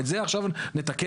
את זה עכשיו נתקן?